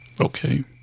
Okay